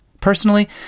Personally